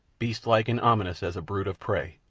beastlike and ominous as a brute of prey.